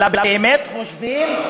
אלא באמת חושבים,